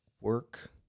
work